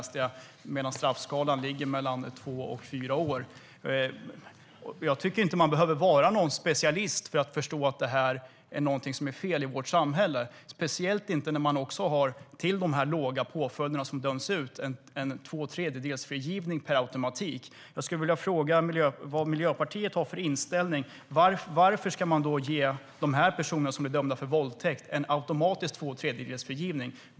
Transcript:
Straffskalan ligger på två till fyra år. Man behöver inte vara specialist för att förstå att något är fel i vårt samhälle, speciellt eftersom vi till de låga påföljder som döms ut per automatik har tvåtredjedelsfrigivning. Vad har Miljöpartiet för inställning till detta? Varför ska personer som är dömda för våldtäkt ges automatisk tvåtredjedelsfrigivning?